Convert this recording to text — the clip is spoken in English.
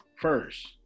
first